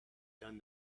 done